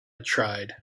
tried